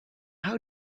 how